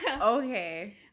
okay